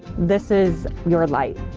this is your life,